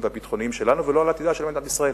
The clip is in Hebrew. והביטחוניים שלנו ולא על עתידה של מדינת ישראל.